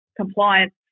compliance